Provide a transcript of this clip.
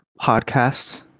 podcasts